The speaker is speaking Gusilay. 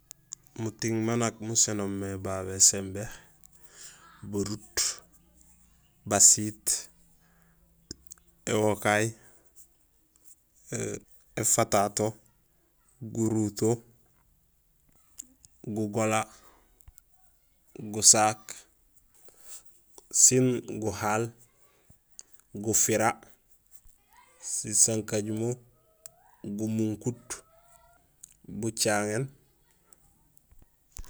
Muting maan nak musénoom mé babé simbé barut basiit éwokay éfatato guruto gugola gusaak sin guhaal gufira sisankajumo gumunkut bucaŋéén.